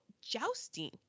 jousting